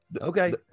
Okay